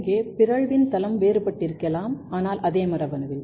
இங்கே பிறழ்வின் தளம் வேறுபட்டிருக்கலாம் ஆனால் அதே மரபணுவில்